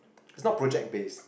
it's not project based